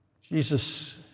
Jesus